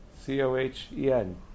C-O-H-E-N